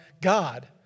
God